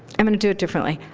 i'm going to do it differently.